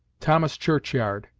thomas churchyard,